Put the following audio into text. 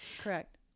Correct